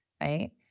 right